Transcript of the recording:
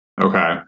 okay